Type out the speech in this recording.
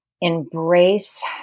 embrace